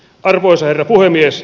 arvoisa puhemies